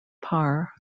parr